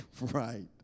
Right